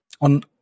on